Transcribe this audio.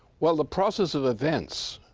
well, the process of events